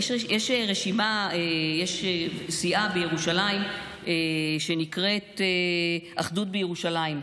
יש סיעה בירושלים שנקראת "אחדות בירושלים",